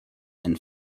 and